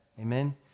Amen